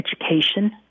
education